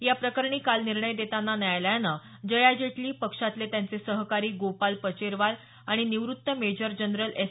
या प्रकरणी काल निर्णय देताना न्यायालयानं जया जेटली पक्षातले त्यांचे सहकारी गोपाल पचेरलवाल आणि निवृत्त मेजर जनरल एस